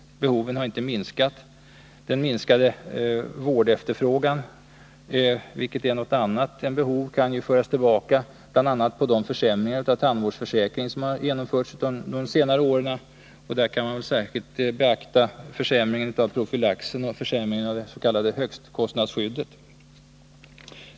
Behoven har inte minskat. Den minskade vårdefterfrågan — vilket är något annat än behov — kan föras tillbaka främst på de försämringar av tandvårdsförsäkringen som genomförts av de borgerliga under senare år. Särskilt bör beaktas försämringen av profylaxen och försämringen av det s.k. högstkostnadsskyddet.